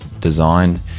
design